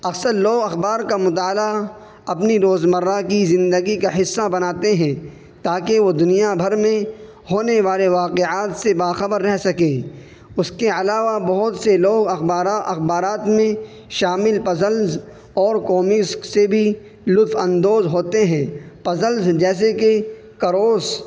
اکثر لوگ اخبار کا مطالعہ اپنی روزمرہ کی زندگی کا حصہ بناتے ہیں تا کہ وہ دنیا بھر میں ہونے والے واقعات سے باخبر رہ سکے اس کے علاوہ بہت سے لوگ اخبار اخبارات میں شامل پزلس اور کومکس سے بھی لطف اندوز ہوتے ہیں پزلز جیسے کہ کروس